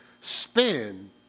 spin